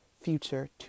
future